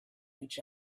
each